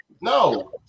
No